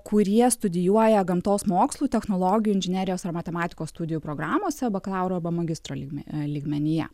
kurie studijuoja gamtos mokslų technologijų inžinerijos ar matematikos studijų programose bakalauro arba magistro lygme lygmenyje